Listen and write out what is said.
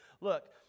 look